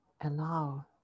Allow